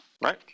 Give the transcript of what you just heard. right